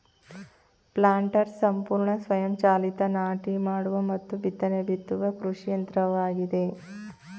planters ಸಂಪೂರ್ಣ ಸ್ವಯಂ ಚಾಲಿತ ನಾಟಿ ಮಾಡುವ ಮತ್ತು ಬಿತ್ತನೆ ಬಿತ್ತುವ ಕೃಷಿ ಯಂತ್ರವಾಗಿದೆ